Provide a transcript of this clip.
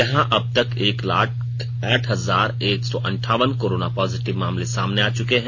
यहां अब तक एक लाख आठ हजार एक सौ अंठावन कोरोना पॉजिटिव मामले सामने आ चुके हैं